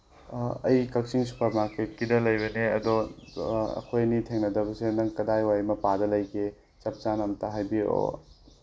ꯑꯩ ꯀꯛꯆꯤꯡ ꯁꯨꯄꯔ ꯃꯥꯔꯀꯦꯠꯀꯤꯗ ꯂꯩꯕꯅꯦ ꯑꯗꯣ ꯑꯩꯈꯣꯏ ꯑꯅꯤ ꯊꯦꯡꯅꯒꯗꯕꯁꯦ ꯅꯪ ꯀꯗꯥꯏ ꯋꯥꯏ ꯃꯄꯥꯗ ꯂꯩꯒꯦ ꯆꯞ ꯆꯥꯅ ꯑꯃꯨꯛꯇ ꯍꯥꯏꯕꯤꯔꯛꯑꯣ